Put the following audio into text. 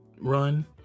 run